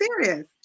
serious